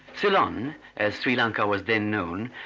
ceylon, as sri lanka was then known,